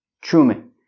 Truman